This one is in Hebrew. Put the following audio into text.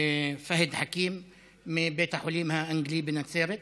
פהד חכים מבית החולים האנגלי בנצרת.